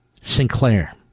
Sinclair